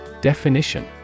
Definition